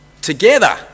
together